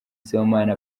sibomana